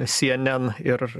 cnn ir